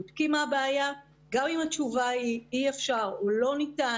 בודקים מה הבעיה וגם אם התשובה אומרת שאי אפשר או לא ניתן